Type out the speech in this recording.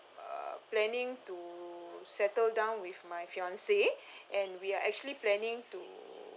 uh planning to settle down with my fiance and we are actually planning to